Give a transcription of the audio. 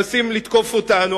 מנסים לתקוף אותנו,